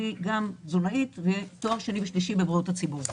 אני גם תזונאית ויש לי תואר שני ושלישי בבריאות הציבור.